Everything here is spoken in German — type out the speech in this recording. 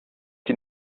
die